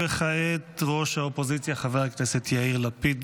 כעת ראש האופוזיציה חבר הכנסת יאיר לפיד,